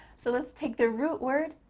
so let's take the root word,